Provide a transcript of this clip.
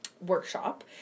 Workshop